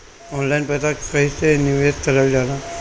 Online पईसा कईसे निवेश करल जाला?